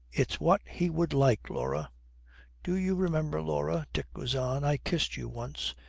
it's what he would like, laura do you remember, laura dick goes on, i kissed you once.